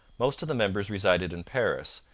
most of the members resided in paris,